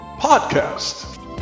podcast